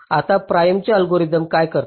आता प्राइमPrim's चे अल्गोरिदम काय करते